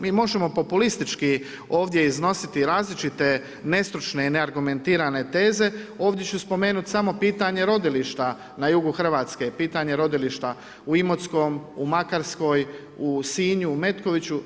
Mi možemo populistički ovdje iznositi različite nestručne i neargumentirane teze, ovdje ću spomenuti samo pitanje rodilišta na jugu Hrvatske, pitanje rodilišta u Imotskom, u Makarskoj, u Sinju, u Metkoviću.